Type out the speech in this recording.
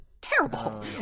terrible